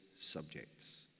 subjects